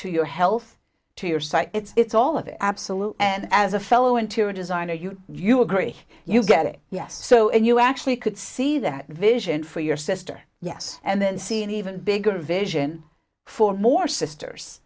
to your health to your site it's all of it absolute and as a fellow interior designer you you agree you get it yes so and you actually could see that vision for your sister yes and then see an even bigger vision for more sisters